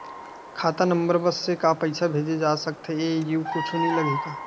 खाता नंबर बस से का पईसा भेजे जा सकथे एयू कुछ नई लगही का?